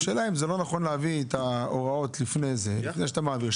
השאלה היא אם זה לא נכון להביא את ההוראות לפני שאתה מעביר,